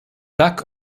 back